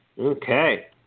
Okay